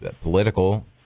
political